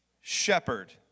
shepherd